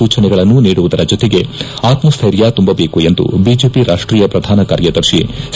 ಸೂಚನೆಗಳನ್ನು ನೀಡುವುದರ ಜೊತೆಗೆ ಆತ್ಮಸ್ಥೆರ್ಯ ತುಂಬಬೇಕೆಂದು ಬಿಜೆಪಿ ರಾಷ್ಟೀಯ ಪ್ರಧಾನ ಕಾರ್ಯದರ್ಶಿ ಸಿ